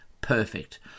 Perfect